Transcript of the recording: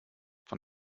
von